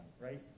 right